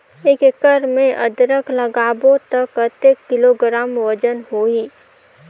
एक एकड़ मे अदरक लगाबो त कतेक किलोग्राम वजन होही?